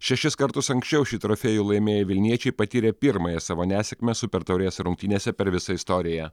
šešis kartus anksčiau šį trofėjų laimėję vilniečiai patyrė pirmąją savo nesėkmę super taurės rungtynėse per visą istoriją